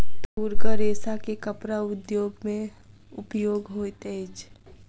तूरक रेशा के कपड़ा उद्योग में उपयोग होइत अछि